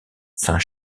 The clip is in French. saint